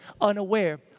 unaware